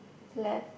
left